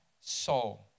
soul